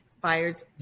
Buyers